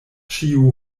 ĉiu